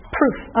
proof